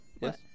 Yes